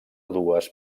dues